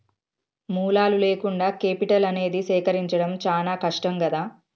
మూలాలు లేకుండా కేపిటల్ అనేది సేకరించడం చానా కష్టం గదా